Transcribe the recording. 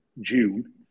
June